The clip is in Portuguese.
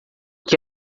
que